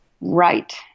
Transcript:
Right